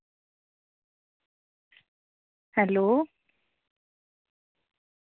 hello